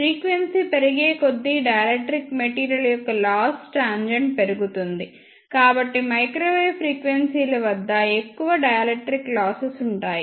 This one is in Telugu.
ఫ్రీక్వెన్సీ పెరిగేకొద్దీ డైఎలెక్ట్రిక్ మెటీరియల్ యొక్క లాస్ టాంజెంట్ పెరుగుతుంది కాబట్టి మైక్రోవేవ్ ఫ్రీక్వెన్సీల వద్ద ఎక్కువ డైఎలెక్ట్రిక్ లాసెస్ ఉంటాయి